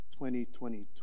2022